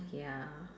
ya